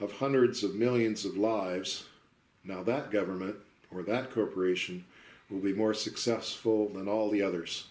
of hundreds of millions of lives now that government or that corporation will be more successful ready than all the others